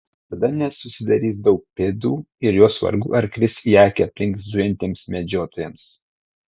tada nesusidarys daug pėdų ir jos vargu ar kris į akį aplink zujantiems medžiotojams